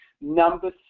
Number